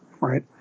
right